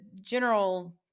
general